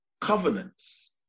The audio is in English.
covenants